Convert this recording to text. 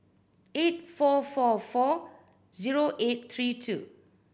eight four four four zero eight three two